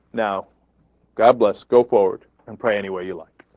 now god bless, go forward and pray any way you like.